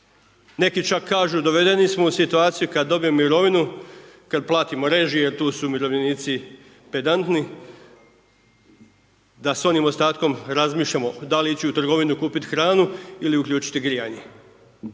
Neki čak kažu dovedeni smo u situaciju kad dobijemo mirovinu, kad platimo režije, tu su umirovljenici pedantni, da sa onim ostatkom razmišljamo da li ići u trgovinu kupiti hranu ili uključiti grijanje,